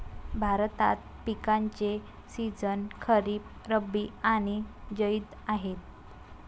भारतात पिकांचे सीझन खरीप, रब्बी आणि जैद आहेत